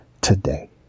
today